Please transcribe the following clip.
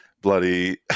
bloody